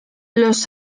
los